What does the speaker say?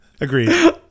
Agreed